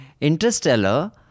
interstellar